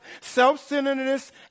Self-centeredness